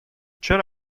چرا